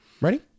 ready